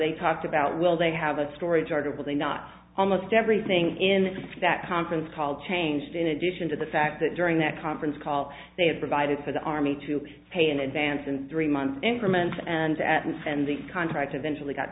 they talked about will they have a storage article they not almost everything in that conference call changed in addition to the fact that during that conference call they had provided for the army to pay in advance and three month increments and at once and the contract eventually got